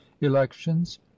elections